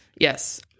Yes